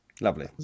Lovely